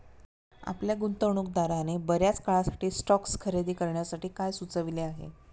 आपल्या गुंतवणूकदाराने बर्याच काळासाठी स्टॉक्स खरेदी करण्यासाठी काय सुचविले आहे?